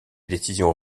décisions